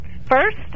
First